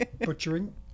butchering